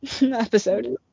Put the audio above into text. episode